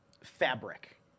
fabric